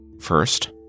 First